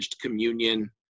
communion